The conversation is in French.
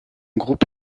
groupe